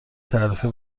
تعرفه